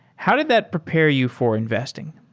how did that prepare you for investing?